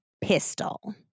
pistol